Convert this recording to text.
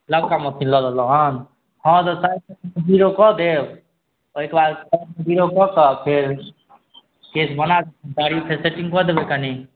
नवका मशीन लऽ लेलहुँ हँ हँ तऽ साइडमे जीरो कऽ देब ओहिके बाद साइडमे जीरो कऽ के फेर केश बना देब दाढ़ी फेर सेटिन्ग कऽ देबै कनि